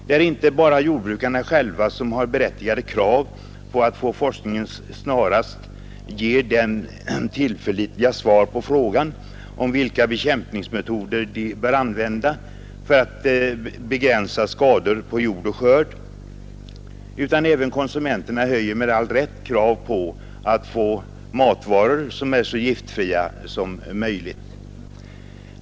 Det är inte bara jordbrukarna själva som har berättigade krav på att forskningen snarast skall ge dem tillförlitliga svar på frågan vilka bekämpningsmetoder de bör använda för att begränsa skador på jord och skörd, utan även konsumenterna reser med all rätt krav på att få matvaror som är så giftfria som möjligt.